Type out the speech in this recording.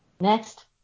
Next